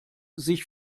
sich